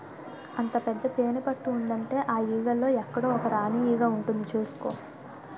అంత పెద్ద తేనెపట్టు ఉందంటే ఆ ఈగల్లో ఎక్కడో ఒక రాణీ ఈగ ఉంటుంది చూసుకో